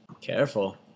Careful